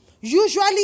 usually